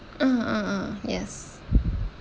ah ah ah yes